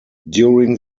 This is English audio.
during